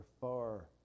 far